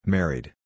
Married